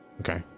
Okay